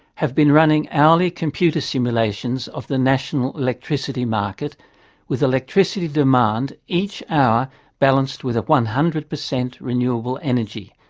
have been running hourly computer simulations of the national electricity market with electricity demand each hour balanced with one hundred per cent renewable energy.